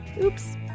Oops